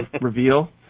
reveal